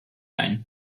ein